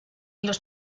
los